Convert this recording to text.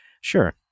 Sure